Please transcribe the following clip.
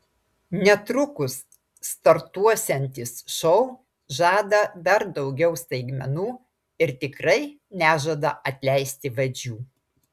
netrukus startuosiantis šou žada dar daugiau staigmenų ir tikrai nežada atleisti vadžių